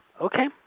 okay